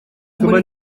muri